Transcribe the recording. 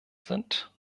sind